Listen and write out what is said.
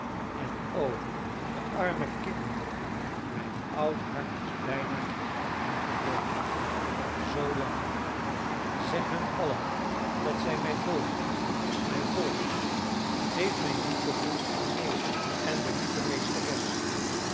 en o de arme kinderen mijn oud hart is bijna om hen gebroken al zoolang zeg hun allen dat zij mij volgen mij volgen geef mijn liefdegroet aan meester en de lieve meesteres